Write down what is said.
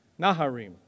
Naharim